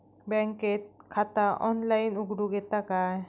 बँकेत खाता ऑनलाइन उघडूक येता काय?